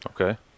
Okay